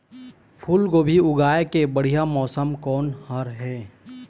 फूलगोभी उगाए के बढ़िया मौसम कोन हर ये?